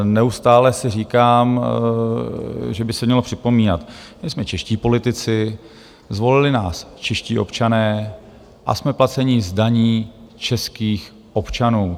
Neustále si říkám, že by se mělo připomína, že jsme čeští politici, zvolili nás čeští občané a jsme placeni z daní českých občanů.